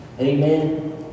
Amen